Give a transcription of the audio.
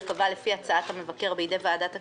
ייקבע לפי הצעת המבקר בידי ועדת הכספים,